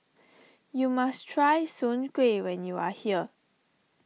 you must try Soon Kuih when you are here